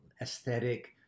aesthetic